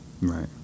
right